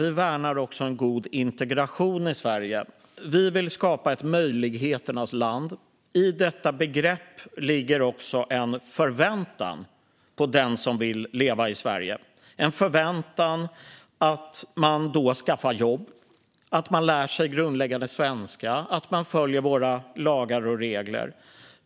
Liberalerna värnar en god integration i Sverige. Vi vill skapa ett möjligheternas land. I detta begrepp ligger också en förväntan på den som vill leva i Sverige. Det är en förväntan om att man skaffar jobb, lär sig grundläggande svenska och följer våra lagar och regler.